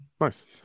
Nice